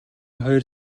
хоёр